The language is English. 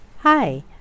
Hi